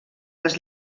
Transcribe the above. les